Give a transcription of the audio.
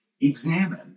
Examine